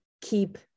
keep